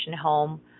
home